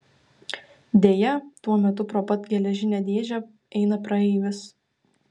deja tuo metu pro pat geležinę dėžę eina praeivis